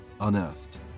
Unearthed